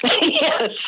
Yes